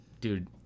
Dude